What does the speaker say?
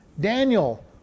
Daniel